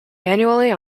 annually